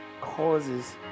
causes